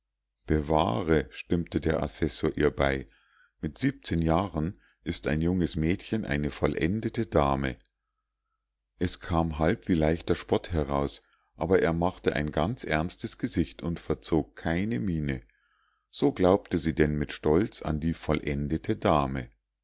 bewahre stimmte der assessor ihr bei mit siebzehn jahren ist ein junges mädchen eine vollendete dame es kam halb wie leichter spott heraus aber er machte ein ganz ernstes gesicht und verzog keine miene so glaubte sie denn mit stolz an die vollendete dame